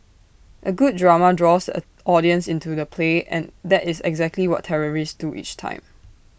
A good drama draws the audience into the play and that is exactly what terrorists do each time